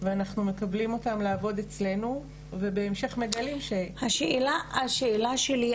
ואנחנו מקבלים אותם לעבוד אצלנו ובהמשך מגלים ש- -- השאלה שלי,